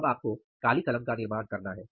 अब आपको काली कलम का निर्माण करना है